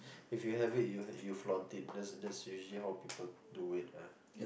if you have it you you falunt it that's that's usually how people do it ah